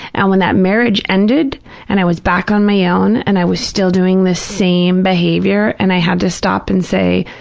and when that marriage ended and i was back on my ah own and i was still doing the same behavior and i had to stop and say,